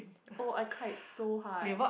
oh I cried so hard